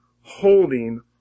holding